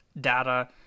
data